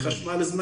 למה לא חשמל זמני,